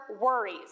worries